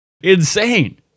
Insane